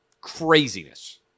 craziness